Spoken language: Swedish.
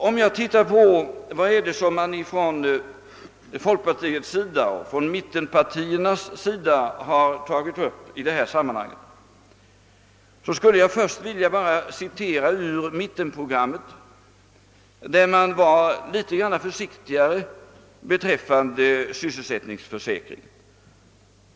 Låt mig återge vad bl.a. folkpartiet har anfört i mittenprogrammet, där man var något försiktigare beträffande frågan om sysselsättningsförsäkring.